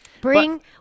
Bring –